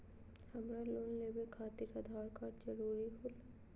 हमरा लोन लेवे खातिर आधार कार्ड जरूरी होला?